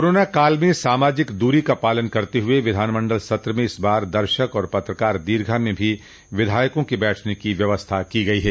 corona काल में सामाजिक दूरी का पालन करते हुए विधानमंडल सत्र में इस बार दर्शक और पत्रकार दीर्घा में भी विधायकों के बैठने की व्यवस्था की गई है